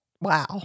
Wow